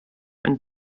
and